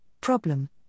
problem